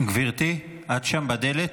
גברתי, את שם בדלת,